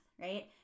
right